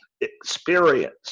experience